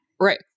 Right